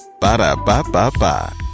Ba-da-ba-ba-ba